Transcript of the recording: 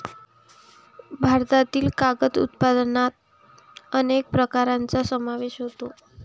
भारतातील कागद उत्पादनात अनेक प्रकारांचा समावेश होतो